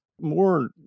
More